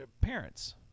parents